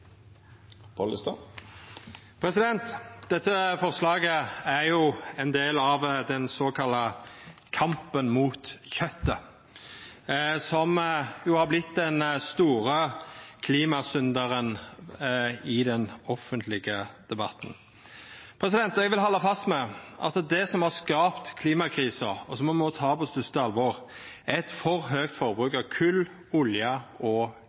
den såkalla kampen mot kjøt som har vorte den store klimasyndaren i den offentlege debatten. Eg vil halda fast ved at det som har skapt klimakrisa, og som me må ta på største alvor, er eit for høgt forbruk av kol, olje og